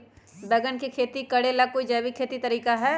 बैंगन के खेती भी करे ला का कोई जैविक तरीका है?